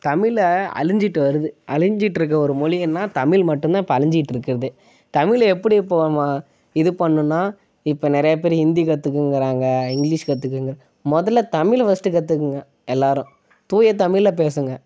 தமிழை அழிஞ்சிட்டு வருது அழிஞ்சிகிட்டு இருக்கிற ஒரு மொழியினா தமிழ் மட்டுந்தான் இப்போ அழிஞ்சிகிட்டு இருக்கிறதே தமிழ் எப்படி இப்போது நம்ம இது பண்ணுனா இப்போ நிறைய பேர் ஹிந்தி கத்துக்கங்கிறாங்க இங்கிலிஷ் கத்துக்குங்க முதல்ல தமிழ்ல ஃபஸ்ட் கத்துக்கோங்க எல்லாரும் தூய தமிழ்ல பேசுங்கள்